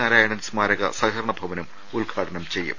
നാരായണൻ സ്മാരക സഹകരണ ഭവനും ഉദ്ഘാ ടനം ചെയ്യും